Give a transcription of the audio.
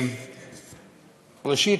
ראשית,